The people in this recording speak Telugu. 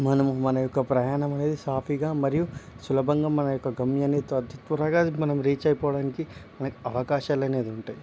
మనము మన యొక్క ప్రయాణం అనేది సాఫీగా మరియు సులభంగా మన యొక్క గమ్యాన్ని అతి త్వరగా మనం రీచ్ అయిపోవడానికి మనకి అవకాశాలు అనేది ఉంటయి